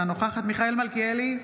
אינה נוכחת מיכאל מלכיאלי,